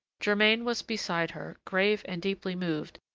germain was beside her, grave and deeply moved,